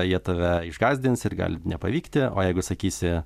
jie tave išgąsdins ir gali nepavykti o jeigu sakysi